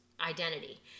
identity